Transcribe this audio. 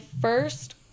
first